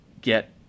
get